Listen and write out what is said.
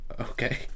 okay